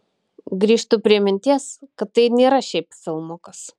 grįžtu prie minties kad tai nėra šiaip filmukas